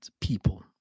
people